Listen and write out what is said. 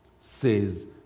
says